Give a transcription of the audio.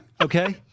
okay